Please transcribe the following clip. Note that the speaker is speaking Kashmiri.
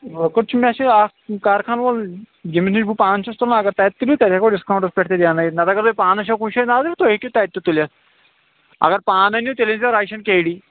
لکٔر چھ مے چھ اکھ کار خان وول ییٚمِس نِش بہٕ پانہٕ چھُس تُلان اگر تتہِ تُلیو تتہِ ہیٚکو ڈسکاونٹس پٮ۪ٹھ تہِ دیانٲوِتھ نتہٕ اگر توہہِ پانہٕ چھو کُنہِ شایہِ نظرِ تُہۍ ہیٚکِو تَتہِ تہِ تُلِتھ اگر پانہٕ أنیو تیٚلہِ أنۍزیو رایشن کے ڈی